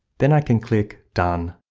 then i can click done.